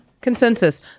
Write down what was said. consensus